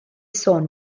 sôn